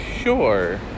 sure